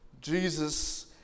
Jesus